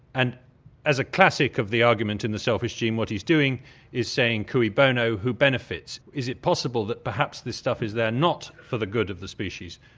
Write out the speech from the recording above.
and as a classic of the argument in the selfish gene, what he's doing is saying cui bono, who benefits? is it possible that perhaps this stuff is there not for the good of the species,